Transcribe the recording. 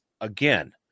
again